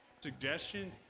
suggestion